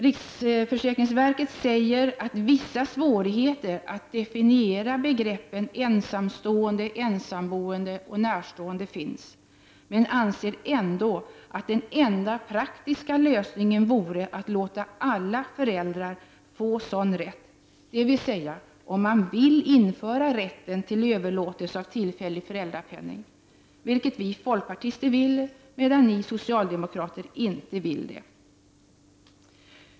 Riksförsäkringsverket säger att vissa svårigheter att definiera begreppen ”ensamstående, ensamboende och närstående” finns, men anser ändå att den enda praktiska lösningen vore att låta alla föräldrar få en sådan rätt, dvs. att om man vill införa rätten till överlåtelse av tillfällig föräldrapenning, vilket vi folkpartister vill medan ni socialdemokrater inte vill det.